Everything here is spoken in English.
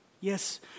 Yes